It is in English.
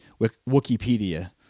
Wikipedia